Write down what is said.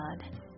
God